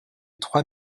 trois